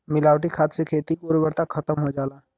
मिलावटी खाद से खेती के उर्वरता खतम हो जाला